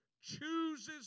chooses